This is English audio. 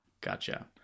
Gotcha